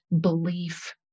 belief